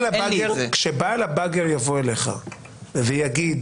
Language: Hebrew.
ה-באגר יבוא ויגיד